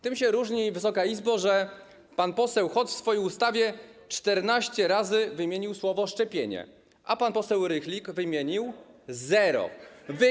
Tym się różni, Wysoka Izbo, że pan poseł Hoc w swojej ustawie 14 razy wymienił słowo: szczepienie, a pan poseł Rychlik wymienił zero razy.